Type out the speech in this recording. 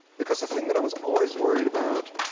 because the thing that i was always worried about,